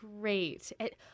Great